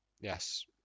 Yes